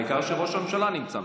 העיקר שראש הממשלה נמצא,